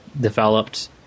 developed